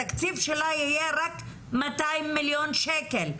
התקציב שלה יהיה רק 200 מיליון שקל.